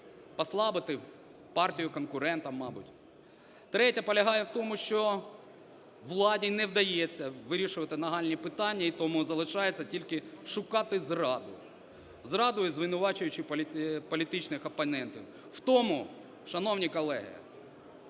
послабити партію конкурента, мабуть. Третя полягає в тому, що владі не вдається вирішувати нагальні питання, і тому залишається тільки шукати зраду, зраду і звинувачуючи політичних опонентів в тому, шановні колеги,